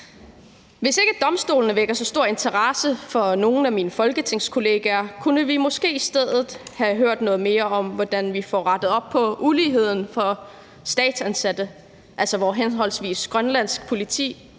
Hvis ikke domstolene vækker så stor interesse fra nogle af mine folketingskollegaer, kunne vi måske i stedet have hørt noget mere om, hvordan vi får rettet op på uligheden for statsansatte, hvor henholdsvis grønlandsk politi